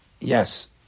yes